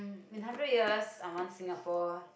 when hundred years I want Singapore to